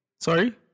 Sorry